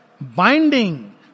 binding